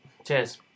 Cheers